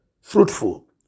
fruitful